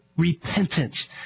Repentance